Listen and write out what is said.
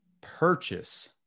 purchase